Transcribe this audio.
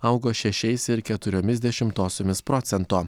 augo šešiais ir keturiomis dešimtosiomis procento